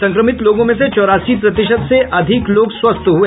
संक्रमित लोगों में से चौरासी प्रतिशत से अधिक लोग स्वस्थ हुए